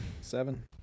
Seven